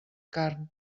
carn